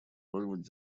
роль